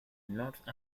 north